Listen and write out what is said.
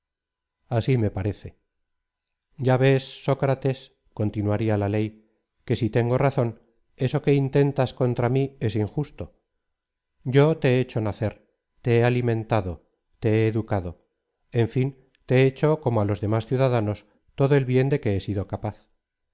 asi me parece ya ves sócrates continuar la ley que si tengo razón eso que intentas contra mí es injusto yo te he hecho nacer te he alimentado te he educado en fin te he hecho como á los demás ciudadanos todo el bien de que he sido capaz